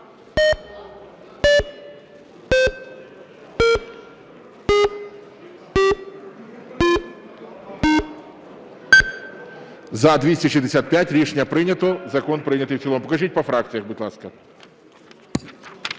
За-265 Рішення прийнято. Закон прийнятий в цілому. Покажіть по фракціях, будь ласка.